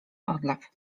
odlew